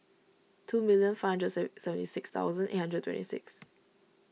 two million five hundred seventy six thousand eight hundred twenty six